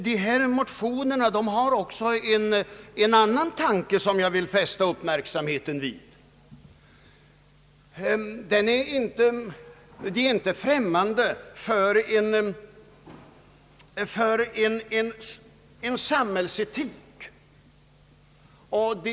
Dessa motioner innehåller också en annan tanke, som jag vill fästa uppmärksamheten på. De är inte främmande för en samhällsetik.